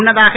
முன்னதாக